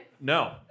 no